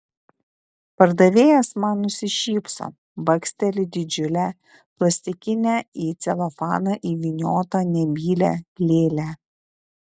pardavėjas man nusišypso baksteli didžiulę plastikinę į celofaną įvyniotą nebylią lėlę